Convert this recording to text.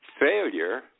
Failure